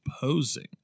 posing